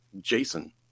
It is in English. Jason